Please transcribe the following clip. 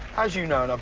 as you know know,